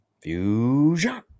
Fusion